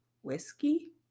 Whiskey